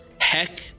heck